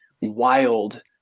wild